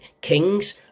kings